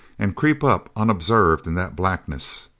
and creep up unobserved in that blackness.